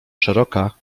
szeroka